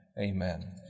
Amen